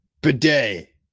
bidet